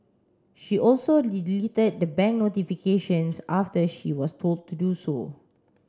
she also deleted the bank notifications after she was told to do so